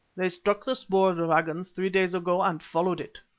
they struck the spoor of the waggons three days ago and followed it.